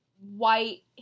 white